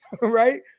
right